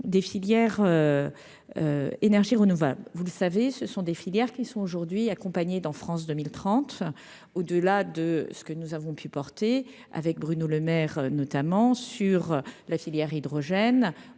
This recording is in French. des filières énergies renouvelables, vous le savez, ce sont des filières qui sont aujourd'hui accompagnés dans France 2030 au-delà de ce que nous avons pu porter avec Bruno Lemaire, notamment sur la filière hydrogène